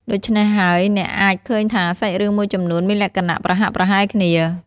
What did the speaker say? ដូច្នេះហើយអ្នកអាចឃើញថាសាច់រឿងមួយចំនួនមានលក្ខណៈប្រហាក់ប្រហែលគ្នា។